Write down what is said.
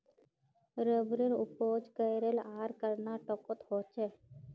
रबरेर उपज केरल आर कर्नाटकोत होछे